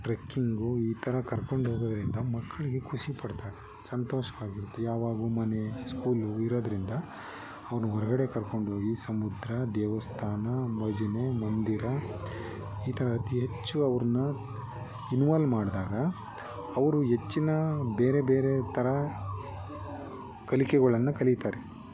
trekking ಈ ಥರ ಕರ್ಕೊಂಡೋಗೋದರಿಂದ ಮಕ್ಕಳಿಗೆ ಖುಷಿಪಡ್ತಾರೆ ಸಂತೋಷ ಆಗಿರುತ್ತೆ ಯಾವಾಗೂ ಮನೆ ಸ್ಕೂಲು ಇರೋದರಿಂದ ಅವನು ಹೊರಗಡೆ ಕರ್ಕೊಂಡೋಗಿ ಸಮುದ್ರ ದೇವಸ್ಥಾನ ಭಜನೆ ಮಂದಿರ ಈ ಥರ ಅತಿ ಹೆಚ್ಚು ಅವರನ್ನ ಇನ್ವಾಲ್ವ್ ಮಾಡಿದಾಗ ಅವರು ಹೆಚ್ಚಿನ ಬೇರೆ ಬೇರೆ ಥರ ಕಲಿಕೆಗಳನ್ನು ಕಲಿತಾರೆ